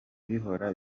bihora